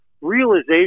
realization